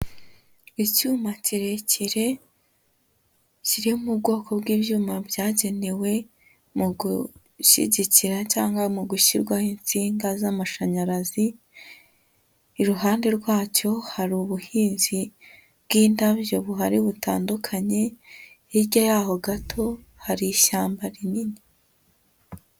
Icyuma kirekire kiri mu bwoko bw'ibyuma byagenewe mu gushyigikira, cyangwa mu gushyirwaho insinga z'amashanyarazi, iruhande rwacyo hari ubuhinzi bw'indabyo buhari butandukanye, hirya y'aho gato hari ishyamba rinini.